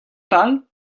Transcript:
pal